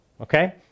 Okay